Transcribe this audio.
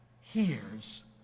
hears